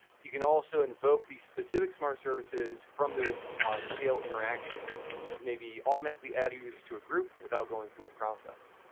you can also invoke the specific smart services from those sail interactions to maybe automatically add users to a group without going through a process.